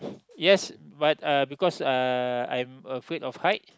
yes but uh because uh I am afraid of height